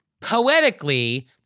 poetically